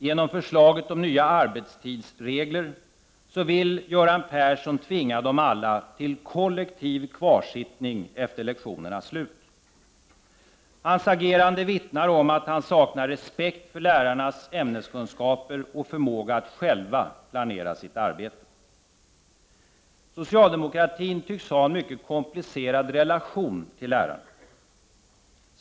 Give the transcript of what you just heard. Genom förslaget om nya arbetstidsregler vill Göran Persson tvinga dem alla till kollektiv kvarsittning efter lektionernas slut. Hans agerande vittnar om att han saknar respekt för lärarnas ämneskunskaper och förmåga att själva planera sitt arbete. Socialdemokratin tycks ha en mycket komplicerad relation till lärare.